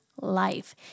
life